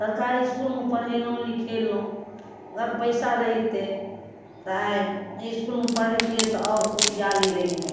सरकारी इसकुलमे पढ़ेलहुँ लिखेलहुँ अगर पइसा रहिते तऽ आइ इसकुलमे पढ़ेतिए तऽ आओर खुशिआली रहितहुँ